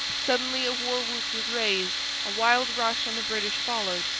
suddenly, a war-whoop was raised, a wild rush on the british followed,